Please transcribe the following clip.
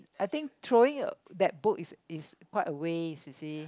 I think throwing a that book is is quite a waste you see